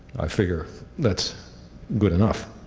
i figured that's good enough.